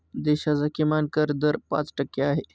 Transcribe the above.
देशाचा किमान कर दर पाच टक्के आहे